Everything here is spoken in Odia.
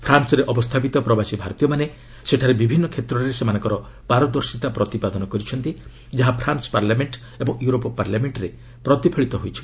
ଫ୍ରାନ୍ସରେ ଅବସ୍ଥାପିତ ପ୍ରବାସୀ ଭାରତୀୟମାନେ ସେଠାରେ ବିଭିନ୍ନ କ୍ଷେତ୍ରରେ ସେମାନଙ୍କର ପାରଦର୍ଶିତା ପ୍ରତିପାଦନ କରିଛନ୍ତି ଯାହା ଫ୍ରାନ୍ସ ପାର୍ଲାମେଣ୍ଟ ଓ ୟୁରୋପ ପାର୍ଲାମେଣ୍ଟରେ ପ୍ରତିଫଳିତ ହୋଇଛି